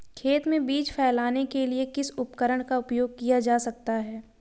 खेत में बीज फैलाने के लिए किस उपकरण का उपयोग किया जा सकता है?